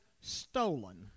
stolen